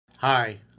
Hi